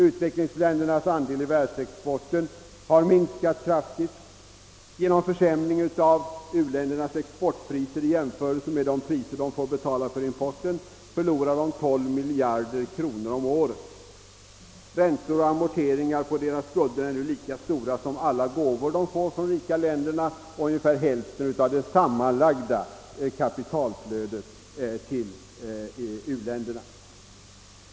Utvecklingsländerras andel av världsexporten har minskat kraftigt. Genom försämring av u-ländernas exportpriser i jämförelse med de priser dessa länder får betala för importen förlorar de 12 miljarder om året. Räntorna och amorteringarna på deras skulder motsvarar alla de gåvor de får från de rika länderna och ungefär hälften av det sammanlagda kapitalflödet till u-länderna.